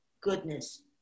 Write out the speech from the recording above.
goodness